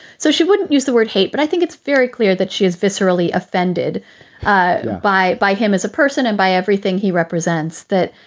so she wouldn't use the word hate, but i think it's very clear that she is viscerally offended ah by by him as a person and by everything he represents that,